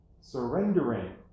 surrendering